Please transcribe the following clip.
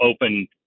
open